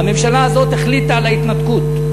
והממשלה הזאת החליטה על ההתנתקות.